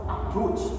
Approach